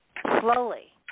slowly